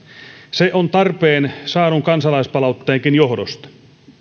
se on tarpeen saadun kansalaispalautteenkin johdosta